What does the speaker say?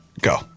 Go